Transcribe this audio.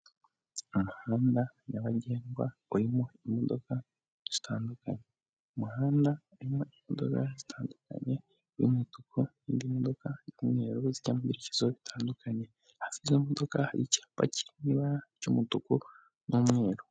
Umuhanda nyabagendwa urimo imodoka zitandukanye, kumuhanda haririmo imodoka zitandukanye iy'umutuku n'indi modoka y'umweruru ziri mubyerekezo bitandukanye hasi y'imodoka hari icyapa cy'mutuku n'umweru.